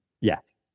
Yes